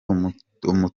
umutungo